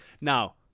Now